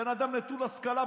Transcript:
בן אדם נטול השכלה,